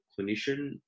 clinician